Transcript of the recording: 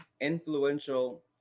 influential